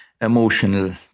emotional